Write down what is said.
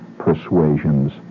persuasions